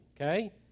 okay